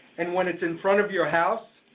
and when it's in front of your house,